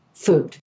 food